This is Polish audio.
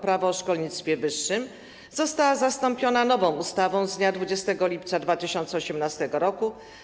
Prawo o szkolnictwie wyższym została zastąpiona nową ustawą z dnia 20 lipca 2018 r.